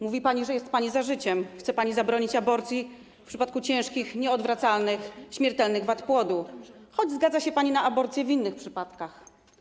Mówi pani, że jest pani za życiem, a chce pani zabronić aborcji w przypadku ciężkich, nieodwracalnych, śmiertelnych wad płodu, choć zgadza się pani na aborcję w innych przypadkach.